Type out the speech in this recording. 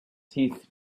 teeth